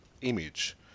image